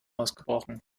ausgebrochen